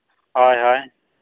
ᱦᱳᱭ ᱦᱳᱭ